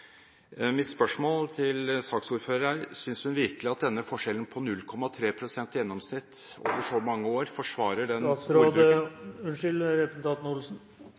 Mitt spørsmål til saksordføreren er: Synes hun virkelig at denne forskjellen, på 0,3 pst. i gjennomsnitt, over så mange år forsvarer